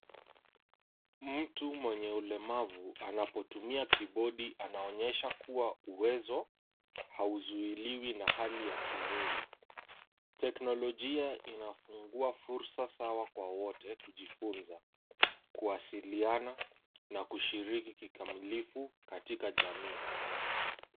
Mtu mwenye ulemavu anapotumia kibodi anaonyesha kuwa uwezo hauzuiliwi na hali ya kimwili. Teknolojia inafungua fursa sawa kwa wote kujifunza, kuwasiliana na kushiriki kikamilifu katika jamii.